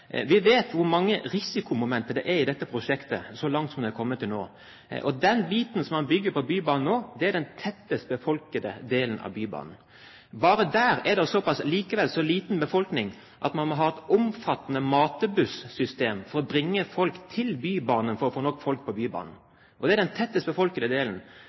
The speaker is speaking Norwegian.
Vi vet hvor mange risikomomenter det er i dette prosjektet så langt det er kommet til nå. Den biten man bygger på Bybanen nå, er i den tettest befolkede delen. Bare der er det likevel så liten befolkning at man må ha et omfattende matebussystem for å bringe folk til Bybanen for å få nok folk på banen. Og det er den tettest befolkede delen.